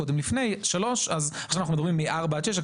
6 חודשים, או נעשה את החיתוך אחרי 17 חודשים.